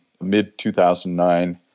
mid-2009